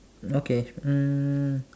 okay mm